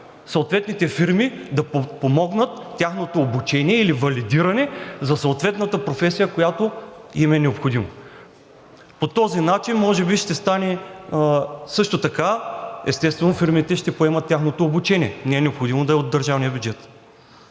съответните фирми да помогнат за тяхното обучение или валидиране за съответната професия, която им е необходима. По този начин може би ще стане. Също така, естествено, фирмите ще поемат тяхното обучение, не е необходимо да е от държавния бюджет.